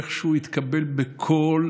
איך הוא התקבל בכל